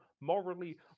morally